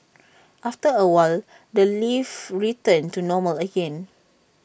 after A while the lift returned to normal again